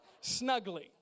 snugly